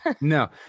no